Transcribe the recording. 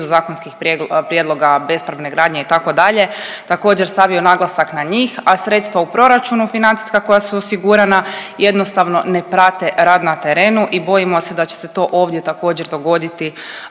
zakonskih prijedloga bespravne gradnje itd. također stavio naglasak na njih, a sredstva u proračunu financijska koja su osigurana jednostavno ne prate rad na terenu i bojimo se da će se to ovdje također dogoditi